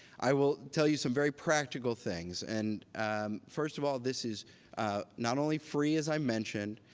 i will tell you some very practical things. and first of all, this is not only free, as i mentioned,